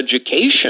education